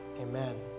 amen